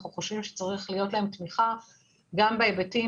אנחנו חושבים שצריכה להיות להם תמיכה גם בהיבטים